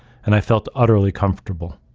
and i felt utterly comfortable.